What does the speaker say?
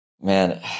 Man